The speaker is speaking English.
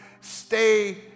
stay